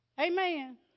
Amen